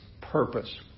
purpose